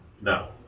No